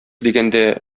дигәндә